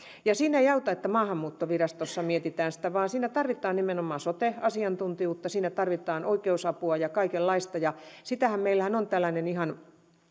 ja siinä ei auta että maahanmuuttovirastossa mietitään sitä vaan siinä tarvitaan nimenomaan sote asiantuntijuutta siinä tarvitaan oikeusapua ja kaikenlaista sitten meillähän on ihan